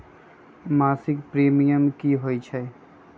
मासिक प्रीमियम की होई छई?